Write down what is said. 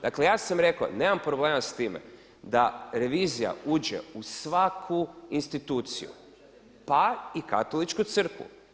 Dakle, ja sam rekao, nemam problema s time, da revizija uđe u svaku instituciju, pa i u Katoličku crkvu.